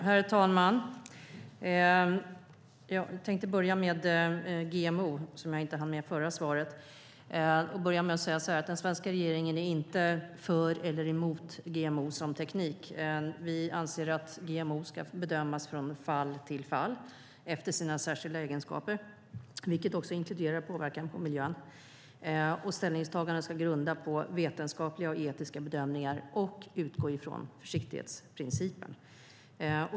Herr talman! Jag tänkte börja med GMO:et som jag inte hann med i mitt förra inlägg och säga att den svenska regeringen är inte för eller emot GMO som teknik. Vi anser att GMO ska bedömas från fall till fall, efter dess särskilda egenskaper, vilket inkluderar påverkan på miljön. Ställningstagandet ska grundas på vetenskapliga och etiska bedömningar och utgå från försiktighetsprincipen.